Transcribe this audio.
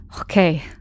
Okay